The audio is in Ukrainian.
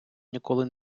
ніколи